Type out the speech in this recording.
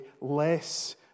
less